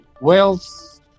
wealth